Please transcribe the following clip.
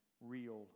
real